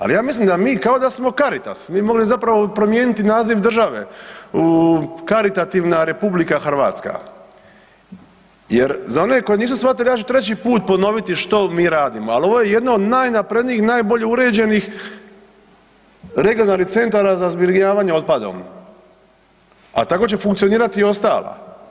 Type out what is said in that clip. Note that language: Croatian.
Ali ja mislim mi kao da smo Caritas, mi bi mogli zapravo promijeniti naziv države u karitativna RH jer za one koji nisu shvatili ja ću treći put ponoviti što mi radimo, ali ovo je jedna od najnaprednijih i najbolje uređenih regionalnih centara za zbrinjavanje otpadom, a tako će funkcionirati i ostala.